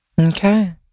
Okay